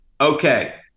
okay